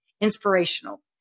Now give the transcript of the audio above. inspirational